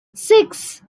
six